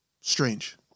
strange